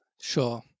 sure